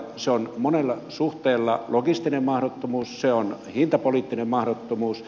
se on monessa suhteessa logistinen mahdottomuus se on hintapoliittinen mahdottomuus